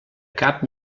cap